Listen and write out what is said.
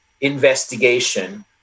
investigation